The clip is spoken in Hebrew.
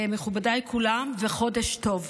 מכובדיי כולם, חודש טוב.